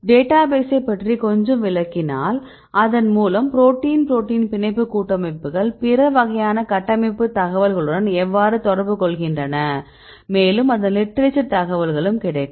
data பேசை பற்றி கொஞ்சம் விளக்கினால் அதன் மூலம் புரோட்டீன் புரோட்டீனின் பிணைப்பு கூட்டமைப்புகள் பிற வகையான கட்டமைப்பு தகவல்களுடன் எவ்வாறு தொடர்பு கொள்கின்றன மேலும் அதன் லிட்டரேச்சர் தகவல்களும் கிடைக்கும்